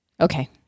Okay